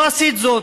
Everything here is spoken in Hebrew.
לא עשית זאת.